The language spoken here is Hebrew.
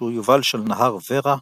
שהוא יובל של נהר ורה,